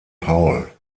paul